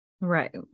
Right